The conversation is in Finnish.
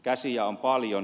käsiä on paljon